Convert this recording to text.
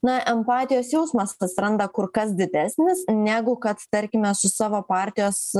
na empatijos jausmas atsiranda kur kas didesnis negu kad tarkime su savo partijos